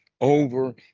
over